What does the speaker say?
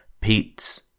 Pete's